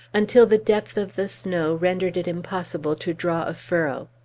until the depth of the snow rendered it impossible to draw a furrow.